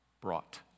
brought